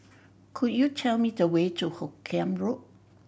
could you tell me the way to Hoot Kiam Road